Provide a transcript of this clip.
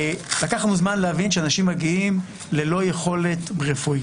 לקח לנו זמן להבין שאנשים מגיעים ללא יכולת רפואית.